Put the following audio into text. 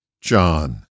John